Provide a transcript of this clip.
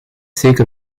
zeker